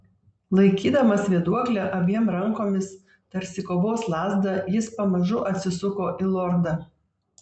laikydamas vėduoklę abiem rankomis tarsi kovos lazdą jis pamažu atsisuko į lordą